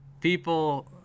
people